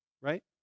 right